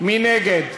מי נגד?